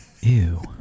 Ew